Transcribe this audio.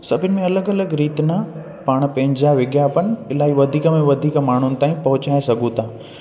सभिनि में अलॻि अलॻि रीति न पाण पंहिंजा विज्ञापन इलाही वधीक में वधीक माण्हुनि ताईं पहुचाए सघूं था